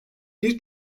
bir